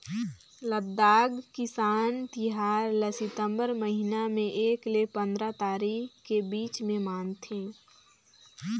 लद्दाख किसान तिहार ल सितंबर महिना में एक ले पंदरा तारीख के बीच में मनाथे